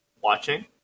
watching